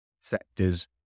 sectors